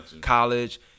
college